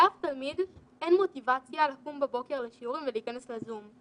לאף תלמיד אין מוטיבציה לקום בבוקר לשיעורים ולהיכנס לזום.